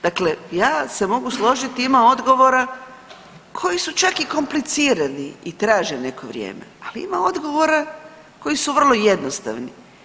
Dakle, ja se mogu složiti ima odgovora koji su čak i komplicirani i traže neko vrijeme, ali ima odgovora koji su vrlo jednostavni.